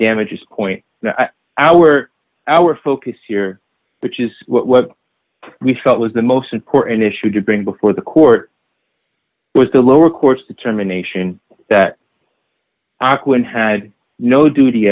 damages point our our focus here which is what we felt was the most important issue to bring before the court was the lower courts determination that auckland had no duty